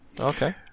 Okay